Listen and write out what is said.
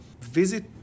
visit